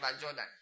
Jordan